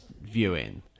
viewing